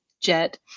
Jet